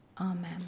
Amen